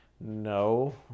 no